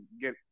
get